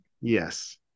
Yes